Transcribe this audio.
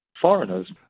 foreigners